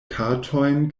kartojn